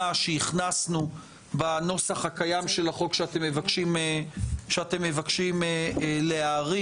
שהכנסנו בנוסח הקיים של החוק שאתם מבקשים להאריך.